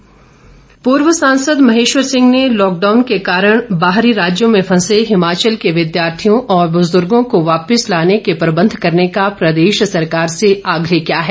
महेश्वर सिंह पूर्व सांसद महेश्वर सिंह ने लॉकडाउन के कारण बाहरी राज्यों में फंसे हिमाचल के विद्यार्थियों और बुजुर्गों को वापिस लाने के प्रबंध करने का प्रदेश सरकार से आग्रह किया है